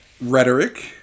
Rhetoric